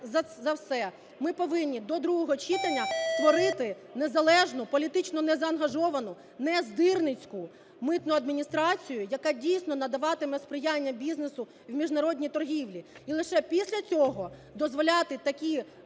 ми повинні до другого читання створити незалежну, політично незаангажовану, нездирницьку митну адміністрацію, яка, дійсно, надаватиме сприяння бізнесу в міжнародній торгівлі. І лише після цього дозволяти такі